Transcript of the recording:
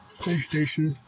PlayStation